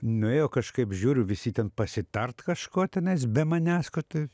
nuėjo kažkaip žiūriu visi ten pasitart kažko tenais be manęs ko tai